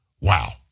Wow